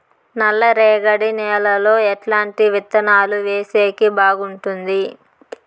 నల్లరేగడి నేలలో ఎట్లాంటి విత్తనాలు వేసేకి బాగుంటుంది?